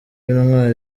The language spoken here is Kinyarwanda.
intwari